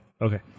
Okay